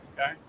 Okay